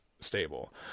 stable